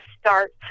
start